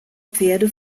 pferde